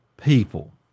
people